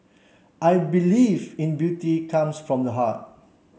I believe in beauty comes from the heart